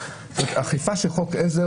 אכיפה של חוק עזר,